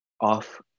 off